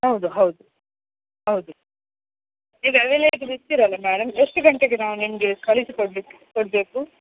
ಹೌದು ಹೌದು ಹೌದು ನೀವು ಅವೈಲೇಬಲ್ ಇರ್ತೀರಲ್ಲ ಮೇಡಮ್ ಎಷ್ಟು ಗಂಟೆಗೆ ನಾವು ನಿಮಗೆ ಕಳಿಸಿಕೊಡಬೇಕು